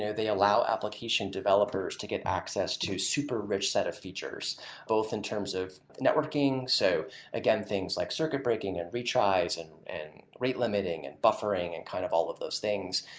ah they allow application developers to get access to a super rich set of features both in terms of networking. so again, things like circuit breaking, and retries, and and rate limiting, and buffering, and kind of all of those things.